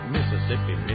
Mississippi